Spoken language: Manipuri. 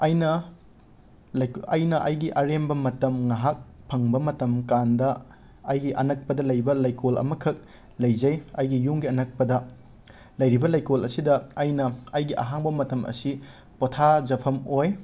ꯑꯩꯅ ꯂꯩꯛ ꯑꯩꯅ ꯑꯩꯒꯤ ꯑꯔꯦꯝꯕ ꯃꯇꯝ ꯉꯥꯏꯍꯥꯛ ꯐꯪꯕ ꯃꯇꯝ ꯀꯥꯟꯗ ꯑꯩꯒꯤ ꯑꯅꯛꯄꯗ ꯂꯩꯕ ꯂꯩꯀꯣꯜ ꯑꯃꯈꯛ ꯂꯩꯖꯩ ꯑꯩꯒꯤ ꯌꯨꯝꯒꯤ ꯑꯅꯛꯄꯗ ꯂꯩꯔꯤꯕ ꯂꯩꯀꯣꯜ ꯑꯁꯤꯗ ꯑꯩꯅ ꯑꯩꯒꯤ ꯑꯍꯥꯡꯕ ꯃꯇꯝ ꯑꯁꯤ ꯄꯣꯊꯥꯖꯐꯝ ꯑꯣꯏ